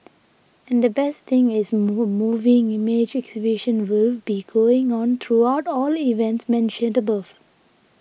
and the best thing is move moving image exhibition will be going on throughout all the events mentioned above